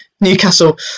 Newcastle